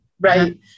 right